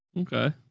Okay